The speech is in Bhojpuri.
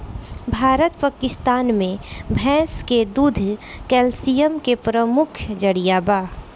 भारत पकिस्तान मे भैंस के दूध कैल्सिअम के प्रमुख जरिआ बा